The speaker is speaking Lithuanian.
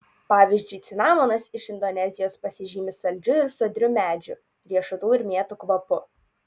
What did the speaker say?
pavyzdžiui cinamonas iš indonezijos pasižymi saldžiu ir sodriu medžių riešutų ir mėtų kvapu